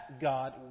God